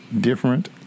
different